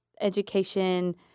education